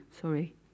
sorry